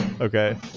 Okay